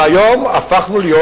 והיום הפכנו להיות,